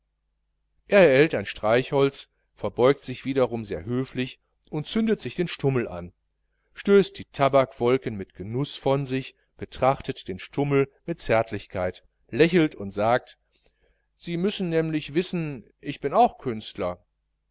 er erhält ein streichholz verbeugt sich wiederum sehr höflich und zündet sich den stummel an stößt die tabakwolken mit genuß von sich betrachtet den stummel mit zärtlichkeit lächelt und sagt sie müssen nämlich wissen ich bin auch künstler